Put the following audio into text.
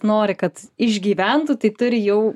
nori kad išgyventų tai turi jau